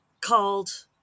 called